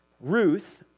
Ruth